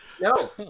no